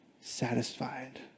satisfied